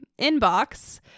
Inbox